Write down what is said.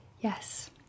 Yes